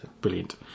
Brilliant